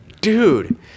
Dude